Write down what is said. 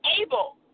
able